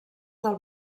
del